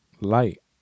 Light